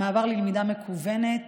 המעבר ללמידה מקוונת,